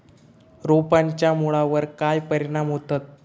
रोपांच्या मुळावर काय परिणाम होतत?